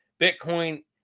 Bitcoin